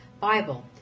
Bible